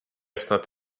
snad